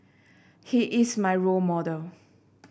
he is my role model